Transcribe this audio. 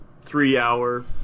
three-hour